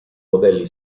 modelli